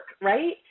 right